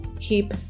Keep